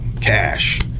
cash